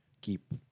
keep